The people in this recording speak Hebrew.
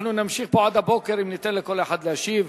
אנחנו נמשיך פה עד הבוקר אם ניתן לכל אחד להשיב.